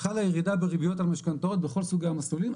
חלה ירידה בריביות על משכנתאות בכל סוגי המסלולים.